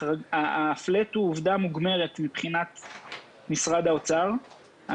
הפלאט הוא עובדה מוגמרת מצד משרד האוצר.